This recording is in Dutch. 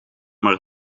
maar